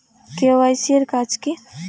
KYC এর কাজ কি?